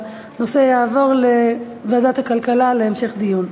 הנושא יעבור לוועדת הכלכלה להמשך דיון.